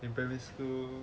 in primary school